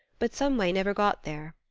but some way never got there.